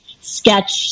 sketch